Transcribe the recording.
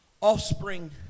offspring